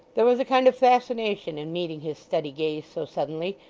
there was a kind of fascination in meeting his steady gaze so suddenly,